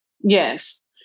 Yes